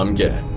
um get